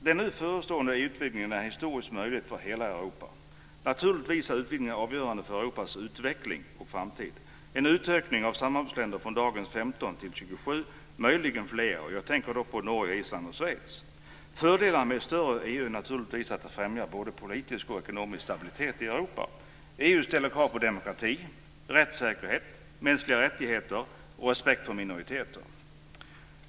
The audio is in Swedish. Den nu förestående EU-utvidgningen är en historisk möjlighet för hela Europa. Naturligtvis är utvidgningen avgörande för Europas utveckling och framtid. Det är en utökning av antalet samarbetsländer från dagens 15 till 27 - möjligen till ännu fler. Jag tänker då på Norge, Island och Schweiz. Fördelarna med ett större EU är naturligtvis att det främjar både politisk och ekonomisk stabilitet i Europa. EU ställer krav på demokrati, rättssäkerhet, mänskliga rättigheter och respekt för minoriteter.